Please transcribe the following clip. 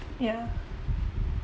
yeah